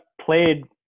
played